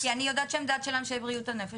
כי אני יודעת שהעמדה של אנשי בריאות הנפש היא